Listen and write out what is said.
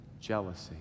jealousy